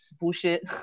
bullshit